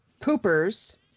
poopers